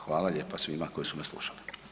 Hvala lijepa svima koji su me slušali.